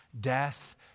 death